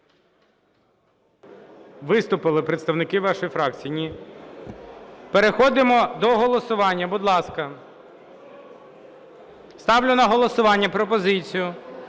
Виступили представники вашої фракції. (Шум у залі) Ні. Переходимо до голосування, будь ласка. Ставлю на голосування пропозицію